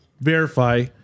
verify